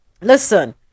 Listen